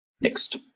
Next